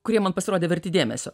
kurie man pasirodė verti dėmesio